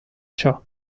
ciò